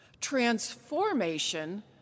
Transformation